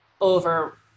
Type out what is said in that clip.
over